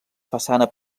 façana